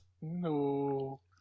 No